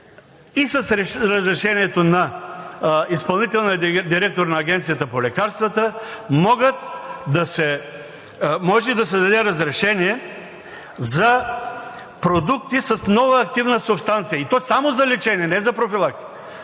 и с разрешението на изпълнителния директор на Агенцията по лекарствата може да се даде разрешение за продукти с нова активна субстанция – и то само за лечение, не за профилактика